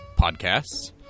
Podcasts